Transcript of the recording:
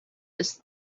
miss